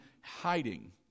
hiding